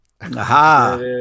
aha